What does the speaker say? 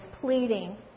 pleading